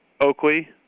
Oakley